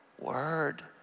word